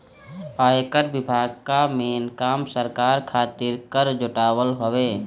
आयकर विभाग कअ मेन काम सरकार खातिर कर जुटावल हवे